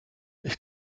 ich